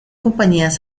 compañías